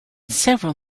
several